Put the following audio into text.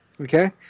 Okay